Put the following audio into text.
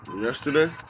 Yesterday